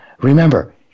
remember